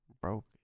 Broke